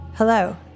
Hello